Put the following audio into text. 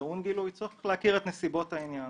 תיאום גילוי צריך להכיר את נסיבות העניין.